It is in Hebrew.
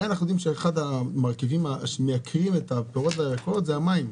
הרי אנחנו יודעים שאחד המרכיבים שמייקרים את הפירות והירקות זה המים,